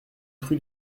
rue